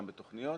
גם בתוכניות,